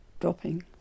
dropping